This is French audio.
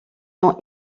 ont